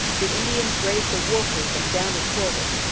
the indians raised the war-whoop and bounded forward.